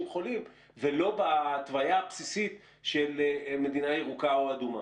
חולים ולא בהתוויה הבסיסית של מדינה ירוקה או אדומה?